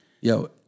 Yo